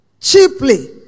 cheaply